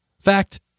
Fact